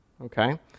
Okay